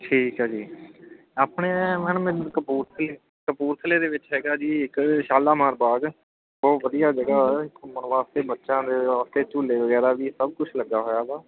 ਠੀਕ ਹੈ ਜੀ ਆਪਣੇ ਮੈਡਮ ਕਪੂਰਥਲੇ ਕਪੂਰਥਲੇ ਦੇ ਵਿੱਚ ਹੈਗਾ ਜੀ ਇੱਕ ਸ਼ਾਲੀਮਾਰ ਬਾਗ਼ ਬਹੁਤ ਵਧੀਆ ਜਗ੍ਹਾ ਆ ਘੁੰਮਣ ਵਾਸਤੇ ਬੱਚਿਆਂ ਦੇ ਉੱਥੇ ਝੂਲੇ ਵਗੈਰਾ ਵੀ ਸਭ ਕੁਛ ਲੱਗਾ ਹੋਇਆ ਵਾ